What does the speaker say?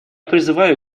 призываю